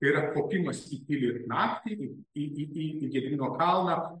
yra kopimas į pilį naktį į į į gedimino kalną